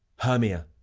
hermia,